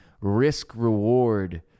risk-reward